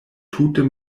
tute